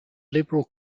liberal